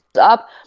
up